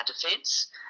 defence